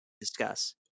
discuss